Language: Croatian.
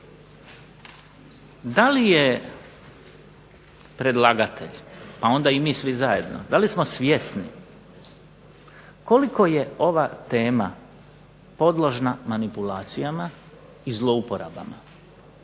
Da li je predlagatelj, a onda i mi svi zajedno, da li smo svjesni koliko je ova tema podložna manipulacija i zlouporabama